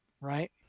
Right